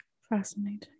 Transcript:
Fascinating